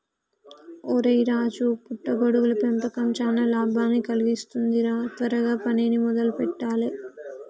ఒరై రాజు పుట్ట గొడుగుల పెంపకం చానా లాభాన్ని కలిగిస్తుంది రా త్వరగా పనిని మొదలు పెట్టాలే